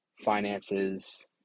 finances